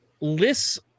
lists